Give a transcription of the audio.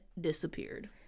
disappeared